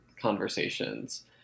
conversations